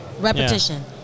repetition